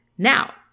Now